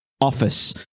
office